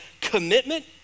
commitment